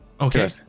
Okay